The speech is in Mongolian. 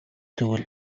тэгвэл